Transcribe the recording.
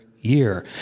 year